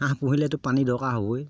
হাঁহ পোহিলেতো পানী দৰকাৰ হ'বই